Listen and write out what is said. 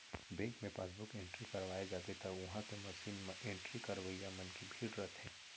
bank मे passbook entry करवाए जाबे त उहॉं के मसीन म एंट्री करवइया मन के भीड़ रथे